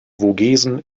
vogesen